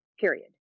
Period